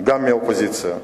גם מהאופוזיציה.